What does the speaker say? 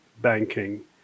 banking